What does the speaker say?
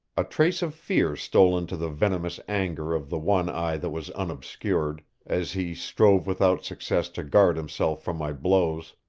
a trace of fear stole into the venomous anger of the one eye that was unobscured, as he strove without success to guard himself from my blows.